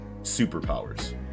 superpowers